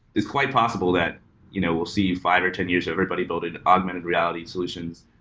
it's quite possible that you know we'll see five or ten years everybody building augmented reality solutions,